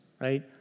right